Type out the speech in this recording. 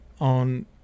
on